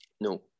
No